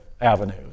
avenues